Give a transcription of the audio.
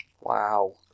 Wow